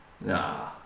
Nah